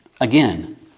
Again